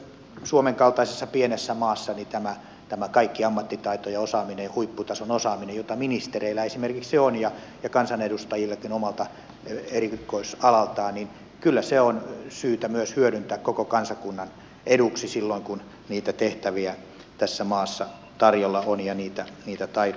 ja suomen kaltaisessa pienessä maassa tämä kaikki ammattitaito ja osaaminen huipputason osaaminen jota esimerkiksi ministereillä on ja kansanedustajillakin omalta erikoisalaltaan kyllä on syytä myös hyödyntää koko kansakunnan eduksi silloin kun niitä tehtäviä tässä maassa tarjolla on ja niitä taitoja tarvitaan